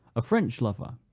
a french lover,